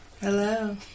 Hello